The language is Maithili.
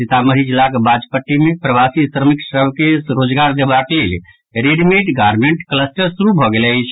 सीतामढ़ी जिला बाजपट्टी मे प्रबासी श्रमिक सभके रोजगार देबाक लेल रेडिमेड गारमेंट क्लस्टर शुरू भऽ गेल अछि